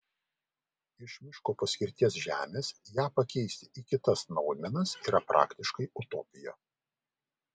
iš miško paskirties žemės ją pakeisti į kitas naudmenas yra praktiškai utopija